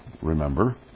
remember